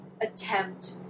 attempt